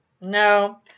No